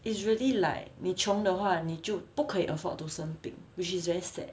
it's really like 你穷的话你就不可以 afford to 生病 which is very sad